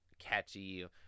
catchy